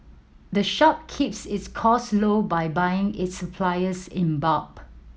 the shop keeps its costs low by buying its supplies in bulk